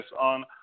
on